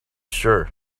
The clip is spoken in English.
sure